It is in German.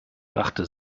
brachte